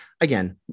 Again